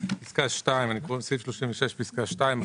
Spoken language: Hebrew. אני קורא מסעיף 36, פסקה (2).